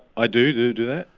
i do do that.